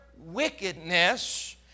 wickedness